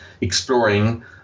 exploring